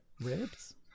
Ribs